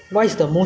no lah